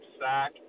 sack